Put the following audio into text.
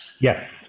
Yes